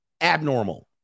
abnormal